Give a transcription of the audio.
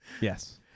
Yes